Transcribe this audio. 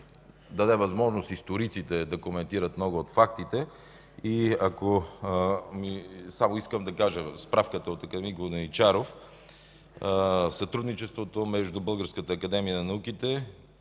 даде възможност историците да коментират много от фактите. Само искам да кажа за справката от господин Воденичаров за сътрудничеството между Българската академия на науките